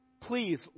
please